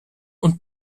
und